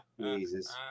Jesus